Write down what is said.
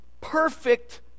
perfect